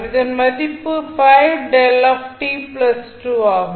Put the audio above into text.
இந்த மதிப்பு ஆகும்